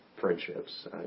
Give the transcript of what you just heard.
friendships